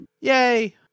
Yay